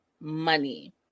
money